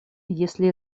если